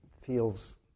feels